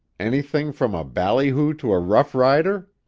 anything from a ballyhoo to a rough-rider?